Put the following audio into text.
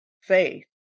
faith